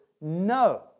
no